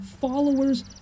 followers